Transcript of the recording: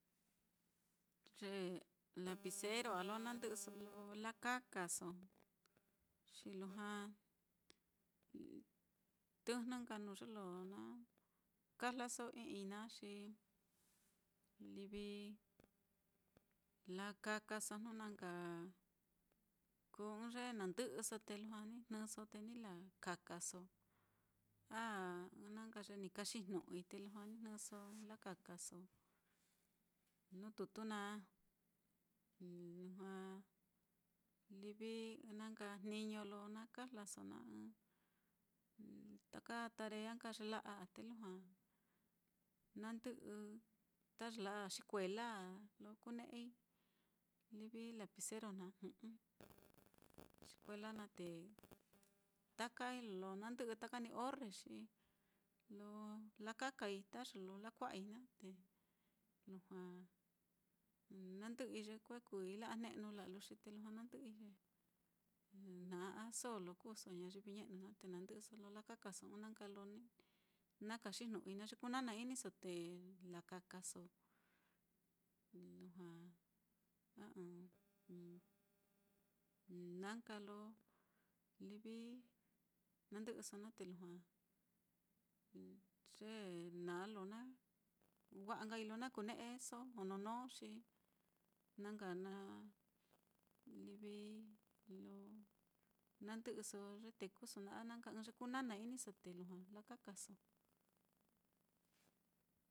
Ye lapicero á lo na ndɨ'ɨso lo lakakaso, xi lujua tɨjnɨ nka nuu ye lo na kajlaso i'ii naá, xi livi lakakaso jnu na nka kuu ɨ́ɨ́n ye nandɨ'ɨso te lujua ni jnɨso te ni lakakaso, a na nka ye ni kaxijnu'ui te lujua ni jnɨso ni lakakaso nuu tutu naá, lujua livi ɨ́ɨ́n na nka jniño lo na kajlaso naá, taka tarea nka ye la'a á, te lujua nandɨ'ɨ ta ye la'a á xikuela á, lo kune'ei livi lapicero naá jɨ'ɨ xikuela naá, te taka lo nandɨ'ɨ, taka ní orre xi lo lakakai ta ye lo lakua'ai naá, te lujua nandɨ'ɨi ye kue kuui la'a jne'nu, la'a luxi te lujua nandɨ'ɨi, na a so lo kuuso ñayivi ñe'nu te nandɨ'ɨso lo lakakaso ɨ́ɨ́n na nka lo ni na kaxijnu'ui naá, ye kú nana-iniso te lakakaso, lujua a ɨ́ɨ́n na nka lo livi na ndɨ'ɨso na te lujua ye na lo wa'a nkai lo na kune'eso jononó xi na nka na livi lo nandɨ'ɨso ye tekuso a na nka ɨ́ɨ́n ye kú nana-iniso te lujua lakaso.